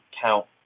count